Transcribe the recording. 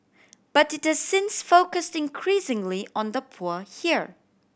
but it has since focused increasingly on the poor here